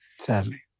Sadly